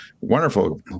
wonderful